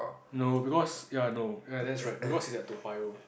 no because ya no ya that's right because it's at Toa-Payoh